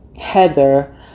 Heather